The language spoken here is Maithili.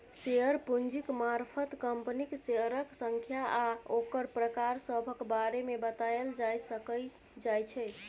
शेयर पूंजीक मारफत कंपनीक शेयरक संख्या आ ओकर प्रकार सभक बारे मे बताएल जाए सकइ जाइ छै